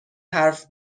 حرف